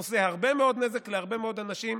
עושה הרבה מאוד נזק להרבה מאוד אנשים,